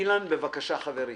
אילן גילאון, בבקשה חברי.